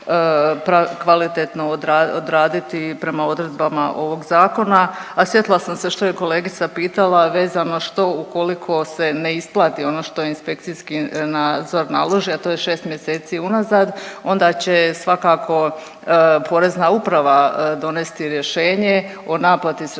kvalitetno odraditi prema odredbama ovog zakona. A sjetila sam se što je kolegica pitala vezano što ukoliko se ne isplati ono što inspekcijski nadzor naloži, a to je šest mjeseci unazad onda će svakako Porezna uprava donesti rješenje o naplati